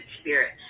spirit